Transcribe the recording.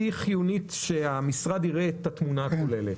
היא חיונית כדי שהמשרד יראה את התמונה הכוללת.